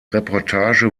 reportage